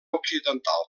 occidental